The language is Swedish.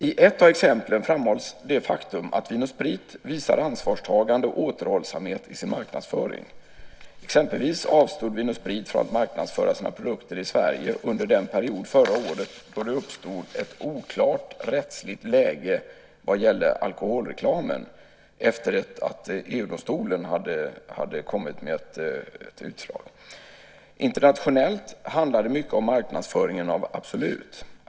I ett av exemplen framhålls det faktum att Vin & Sprit visar ansvarstagande och återhållsamhet i sin marknadsföring. Exempelvis avstod Vin & Sprit från att marknadsföra sina produkter i Sverige under den period förra året då det uppstod ett oklart rättsligt läge vad gäller alkoholreklamen efter att EU-domstolen hade kommit med ett utslag. Internationellt handlar det mycket om marknadsföringen av Absolut.